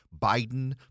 Biden